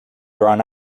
drawn